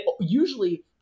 usually